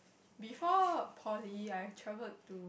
before poly I've travelled to